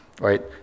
right